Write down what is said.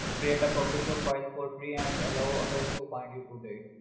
create a public profile for free and allow others to find you